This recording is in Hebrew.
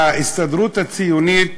ההסתדרות הציונית